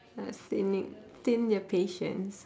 must they maintain their patience